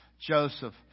Joseph